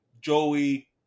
Joey